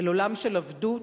אל עולם של עבדות,